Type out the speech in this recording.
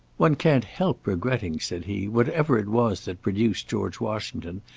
one can't help regretting, said he, whatever it was that produced george washington,